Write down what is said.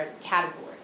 category